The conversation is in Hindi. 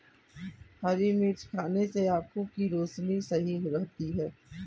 हरी मिर्च खाने से आँखों की रोशनी सही रहती है